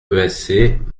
esc